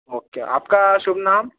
okay आपका शुभ नाम